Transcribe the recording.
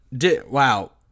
Wow